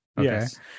Yes